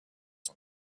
son